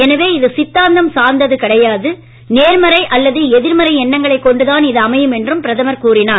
எனவே இது சித்தாந்தம் சார்ந்தது கிடையாது நேர்மறை அல்லது எதிர்மறை எண்ணங்களைக் கொண்டுதான் இது அமையும் என்றும் பிரதமர் கூறினார்